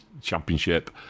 Championship